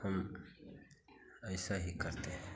हम ऐसा ही करते हैं